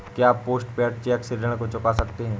क्या post paid cheque से ऋण को चुका सकते हैं?